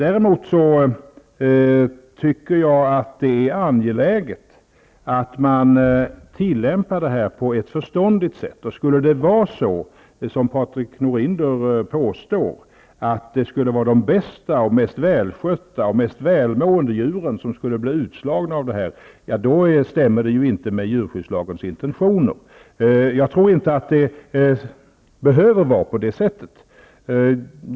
Jag tycker att det är angeläget att tillämpa lagen på ett förståndigt sätt. Om det är som Patrik Norinder påstår, nämligen att de bästa och mest välskötta och välmående djuren skulle bli utslagna, stämmer det inte med djurskyddslagens intentioner. Jag tror inte att det behöver vara så.